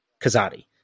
Kazadi